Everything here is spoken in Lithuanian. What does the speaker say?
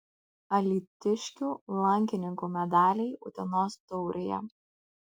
alytiškių lankininkų medaliai utenos taurėje